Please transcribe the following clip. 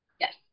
Yes